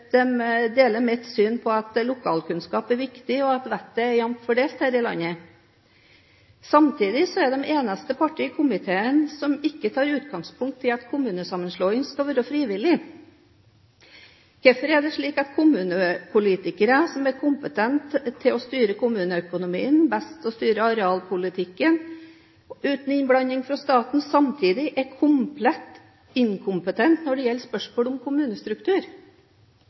eneste partiet i komiteen som ikke tar utgangspunkt i at kommunesammenslåing skal være frivillig. Hvorfor er det slik at kommunepolitikere som er kompetente til å styre kommuneøkonomien, best til å styre arealpolitikken uten innblanding fra staten, samtidig er komplett inkompetente når det gjelder spørsmål om kommunestruktur?